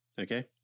Okay